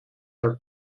are